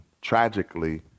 tragically